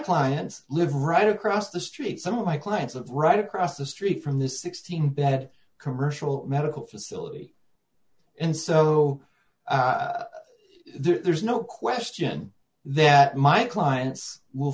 clients live right across the street some of my clients up right across the street from the sixteen bed commercial medical facility and so there's no question that my clients will